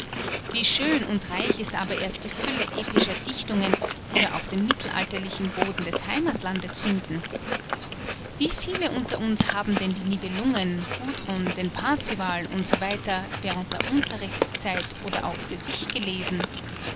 wie schön und reich ist aber erst die fülle epischer dichtungen die wir auf dem mittelalterlichen boden des heimathlandes finden wie viele unter uns haben denn die nibelungen gudrun den parzival u s w während der unterrichtszeit oder auch für sich gelesen